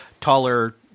taller